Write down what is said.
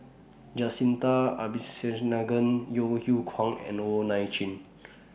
Jacintha Abisheganaden Yeo Yeow Kwang and Wong Nai Chin